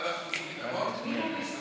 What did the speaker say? לוועדת החוץ וביטחון?